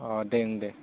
अ दे ओं दे